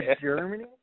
Germany